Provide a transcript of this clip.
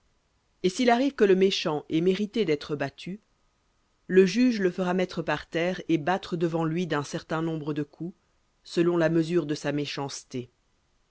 et s'il arrive que le méchant ait mérité d'être battu le juge le fera mettre par terre et battre devant lui d'un certain nombre selon la mesure de sa méchanceté